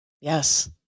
Yes